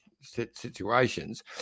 situations